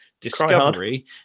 Discovery